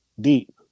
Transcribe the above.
deep